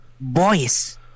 boys